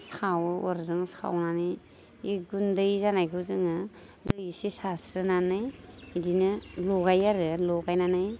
सावो अरजों सावनानै बे गुन्दै जानायखौ जोङो दै एसे सारस्रोनानै बिदिनो लगायो आरो लगायनानै